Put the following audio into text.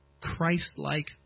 Christ-like